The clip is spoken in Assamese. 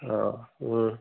অ